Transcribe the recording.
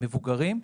מבוגרים.